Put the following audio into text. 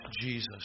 Jesus